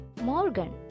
Morgan